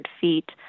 feet